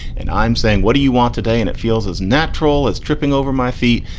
and i'm saying, what do you want today? and it feels as natural as tripping over my feet.